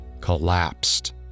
collapsed